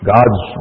God's